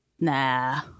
nah